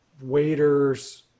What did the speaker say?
waiters